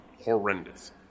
horrendous